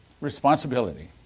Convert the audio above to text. responsibility